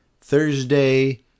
Thursday